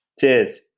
Cheers